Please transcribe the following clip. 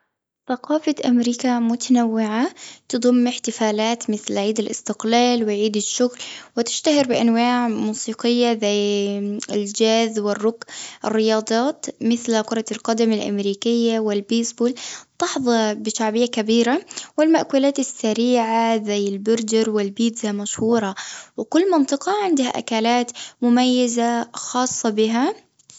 ثقافة أمريكا متنوعة. تضم احتفالات مثل عيد الإستقلال، وعيد الشكر. وتشتهر بأنواع موسيقية، زي الجاز. والروك. الرياضات، مثل كرة القدم الأمريكية، والبيسبول تحظى بشعبية كبيرة. والمأكولات السريعة، زي البرجر والبيتزا، مشهورة. وكل منطقة عندها أكلات مميزة، خاصه بها.